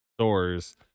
stores